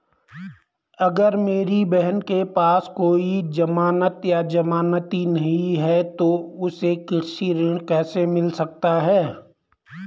अगर मेरी बहन के पास कोई जमानत या जमानती नहीं है तो उसे कृषि ऋण कैसे मिल सकता है?